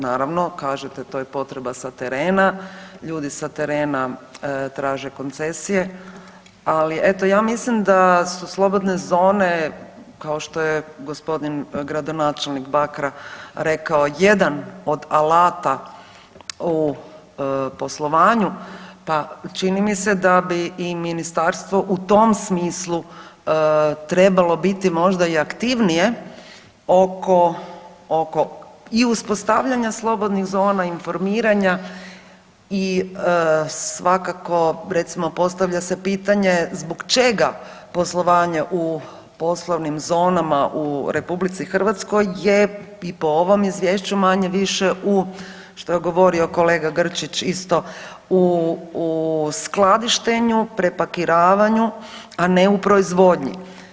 Naravno kažete to je potreba sa terena, ljudi sa terena traže koncesije, ali eto ja mislim da su slobodne zone kao što je gospodin gradonačelnik Bakra rekao jedan od alata u poslovanju pa čini mi se da bi i ministarstvo u tom smislu trebalo biti možda i aktivnije oko, oko i uspostavljanja slobodnih zona, informiranja i svakako recimo postavlja se pitanje zbog čega poslovanje u poslovnim zonama u RH je i po ovom izvješću manje-više u, što je govorio kolega Grčić, u skladištenju, prepakiravanju, a ne u proizvodnji.